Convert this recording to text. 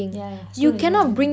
yeah yeah so you know